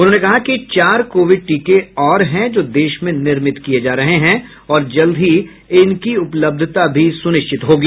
उन्होंने कहा कि चार कोविड टीके और हैं जो देश में निर्मित किये जा रहे हैं और जल्द ही इनकी उपलब्धता भी सुनिश्चित होगी